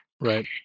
right